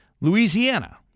Louisiana